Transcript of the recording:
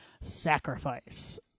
sacrifice